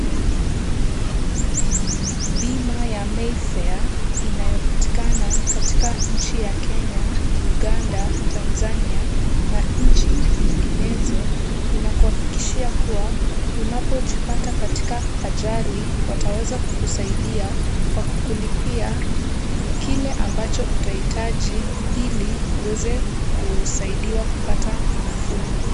Bima ya Mayfair inayopatikana katika nchi ya Kenya, Uganda, Tanzania na nchi nyinginezo, inakuhakikishia kuwa unapojipata katika ajali, wataweza kukusaidia kwa kukulipia kile ambacho utahitaji ili uweze kusaidiwa kupata nafuu.